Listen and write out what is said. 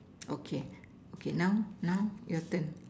okay okay now now your turn